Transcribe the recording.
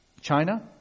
China